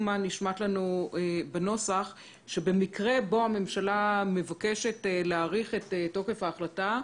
מה נשמט לנו בנוסח שבמקרה בו הממשלה מבקשת להאריך את תוקף ההחלטה,